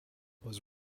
was